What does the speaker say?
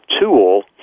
tool